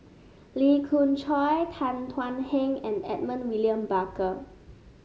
Llee Khoon Choy Tan Thuan Heng and Edmund William Barker